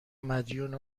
مدیون